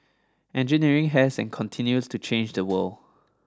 engineering has and continues to change the world